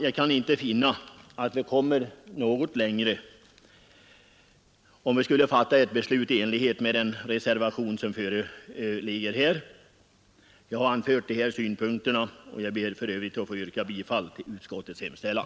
Jag kan inte finna att vi skulle komma längre om vi fattade beslut i enlighet med den reservation som är fogad vid utskottsbetänkandet, och jag ber därför att få yrka bifall till utskottets hemställan.